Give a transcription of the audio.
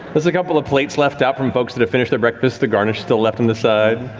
there's a couple of plates left out from folks that have finished their breakfast, the garnish still left on the side.